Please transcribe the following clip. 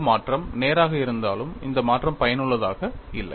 இந்த மாற்றம் நேராக இருந்தாலும் இந்த மாற்றம் பயனுள்ளதாக இல்லை